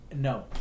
no